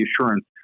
assurance